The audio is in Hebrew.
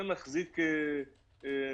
זה מחזיק מכולת,